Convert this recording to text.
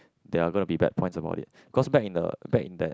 there are gonna be bad points about it cause back in the back in that